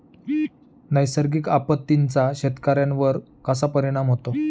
नैसर्गिक आपत्तींचा शेतकऱ्यांवर कसा परिणाम होतो?